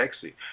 sexy